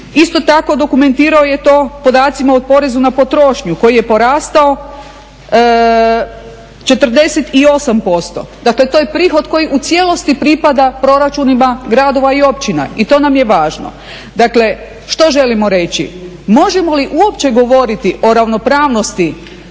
Isto tako dokumentirao je to podacima o porezu na potrošnju koji je porastao 48%, dakle to je prihod koji u cijelosti pripada proračunima gradova i općina i to nam je važno. Dakle, što želimo reći? Možemo li uopće govoriti o ravnopravnosti